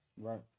Right